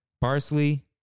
Parsley